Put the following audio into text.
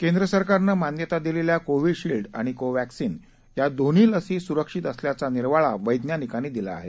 केंद्र सरकारनं मान्यता दिलेल्या कोव्हीशिल्ड आणि कोव्हॅक्सिन या दोन्ही लसी सुरक्षित असल्याचा निर्वाळा वैज्ञानिकांनी दिला आहे